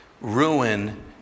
ruin